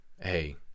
Hey